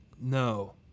No